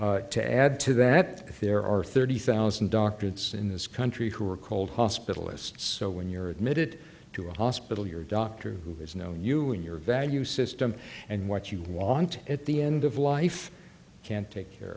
care to add to that there are thirty thousand doctorates in this country who are called hospitalists so when you're admitted to a hospital your doctor who has known you in your value system and what you want at the end of life can't take care